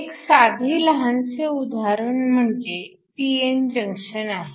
एक साधे लहानसे उदाहरण म्हणजे p n जंक्शन आहे